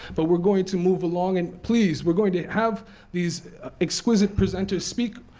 but we're going to move along. and please, we're going to have these exquisite presenters speak